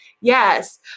Yes